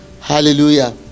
hallelujah